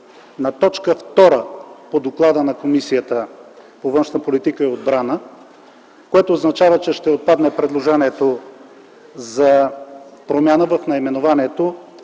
на т. 2 по доклада на Комисията по външна политика и отбрана, което означава, че ще отпадне предложението за промяна в наименованието